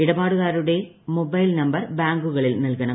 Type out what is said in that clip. ഇടപാടുകാരുടെ mobile number ബാങ്കുകളിൽ നൽകണം